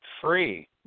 free